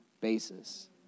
basis